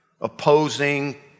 opposing